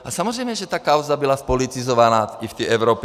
A samozřejmě že ta kauza byla zpolitizovaná i v té Evropě.